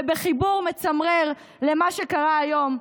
ובחיבור מצמרר למה שקרה היום,